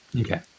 Okay